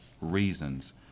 reasons